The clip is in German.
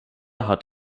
hat